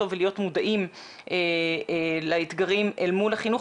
ולהיות מודעים לאתגרים אל מול החינוך,